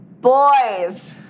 Boys